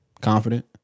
Confident